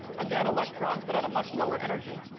again electrons, but at a much lower energy.